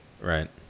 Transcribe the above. Right